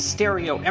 Stereo